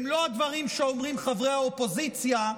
הם לא הדברים שאומרים חברי האופוזיציה,